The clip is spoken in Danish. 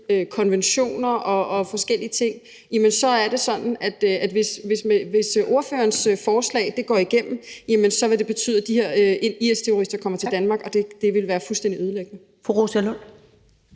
konventioner og forskellige ting, er det sådan, at hvis ordførerens forslag går igennem, vil det betyde, at de her IS-terrorister kommer til Danmark. Det vil være fuldstændig ødelæggende. Kl.